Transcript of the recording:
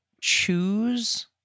choose